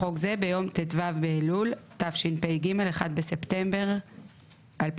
לחוק זה ביום ט"ו באלול התשפ"ג (1 בספטמבר 2023),